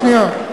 שנייה.